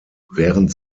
während